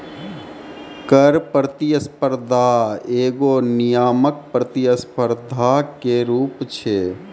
कर प्रतिस्पर्धा एगो नियामक प्रतिस्पर्धा के रूप छै